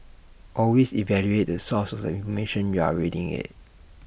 always evaluate the source of the information you're reading IT